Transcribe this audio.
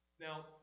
Now